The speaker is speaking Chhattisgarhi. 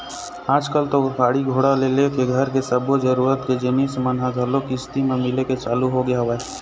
आजकल तो गाड़ी घोड़ा ले लेके घर के सब्बो जरुरत के जिनिस मन ह घलोक किस्ती म मिले के चालू होगे हवय